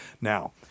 Now